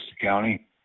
County